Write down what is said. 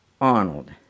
Arnold